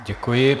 Děkuji.